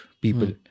people